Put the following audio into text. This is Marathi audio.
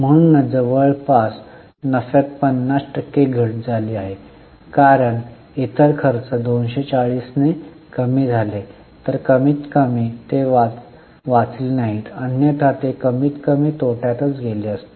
म्हणूनच जवळपास नफ्यात 50 टक्के घट झाली आहे कारण इतर खर्च 240 ने कमी झाले तरी कमीतकमी ते वाचले नाहीत अन्यथा ते कमीतकमी तोट्यातच गेले असते